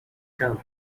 come